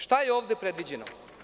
Šta je ovde predviđeno?